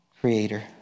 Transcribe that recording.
creator